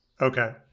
Okay